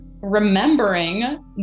remembering